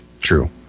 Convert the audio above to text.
True